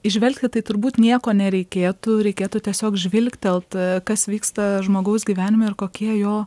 įžvelgti tai turbūt nieko nereikėtų reikėtų tiesiog žvilgtelt kas vyksta žmogaus gyvenime ir kokie jo